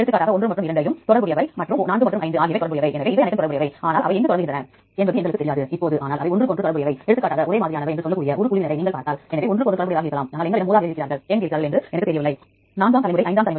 எடுத்துக்காட்டாக உங்களுக்கு தொடர் வரிசை மனிதர்களிடம் மட்டும் இருந்து வரவேண்டும் என்றால் மனிதன் பின்னர் இருக்கட்டும் புரதம்பெயர் மையோக்ளோபின் என்று கூறுங்கள் மற்றும் இதுபோன்ற அளவுகோல்களை நான் விரும்பவில்லை